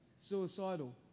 Suicidal